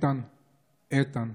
חבר הכנסת משה